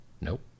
Nope